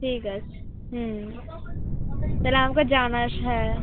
ঠিক আছে হুম তাহলে আমাকে জানাস হ্যাঁ